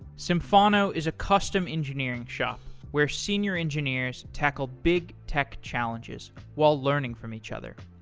symphono is a custom engineering shop where senior engineers tackle big tech challenges while learning from each other.